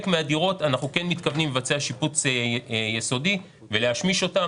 מהדירות אנחנו כן מתכוונים לבצע שיפוץ יסודי ולהשמיש אותן.